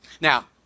Now